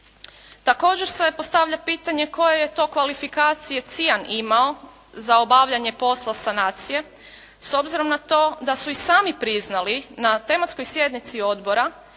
Također se postavlja pitanje koje je to kvalifikacije Cian imao za obavljanje posla sanacije s obzirom na to da su i sami priznali na tematskoj sjednici odbora